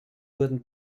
wurden